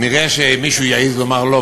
נראה שמישהו יעז לומר לא.